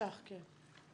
צח, כן.